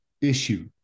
issue